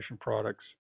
products